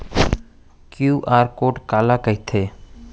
QR code काला कहिथे?